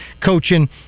coaching